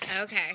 Okay